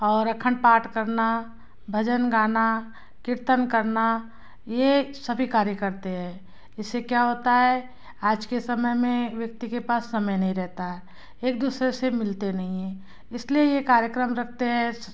और अखंड पाठ करना भजन गाना कीर्तन करना यह सभी कार्य करते हैं इससे क्या होता है आज के समय में व्यक्ति के पास समय नहीं रहता है एक दूसरे से मिलते नहीं है इसलिए यह कार्यक्रम रखते है